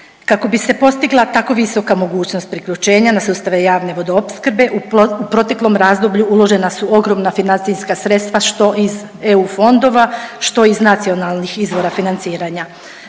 Kako bi se postigla tako visoka mogućnost priključenja na sustave javne vodoopskrbe u proteklom razdoblju uložena su ogromna financijska sredstva što iz EU fondova, što iz nacionalnih izvora financiranja.